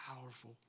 powerful